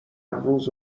روز